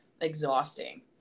exhausting